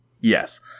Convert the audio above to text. Yes